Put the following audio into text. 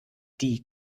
die